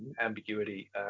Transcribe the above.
ambiguity